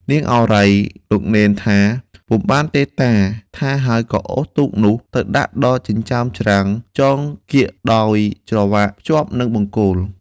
នាងឱរ៉ៃ លោកនេនថា "ពុំបានទេ តា!” ថាហើយក៏អូសទូកនោះ ទៅដាក់ដល់ចិញ្ចើមច្រាំង ចងក្រៀកដោយច្រវាក់ភ្ជាប់នឹងបង្គោល។